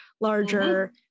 larger